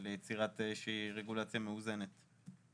ליצירת רגולציה מאוזנת.